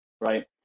right